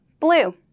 blue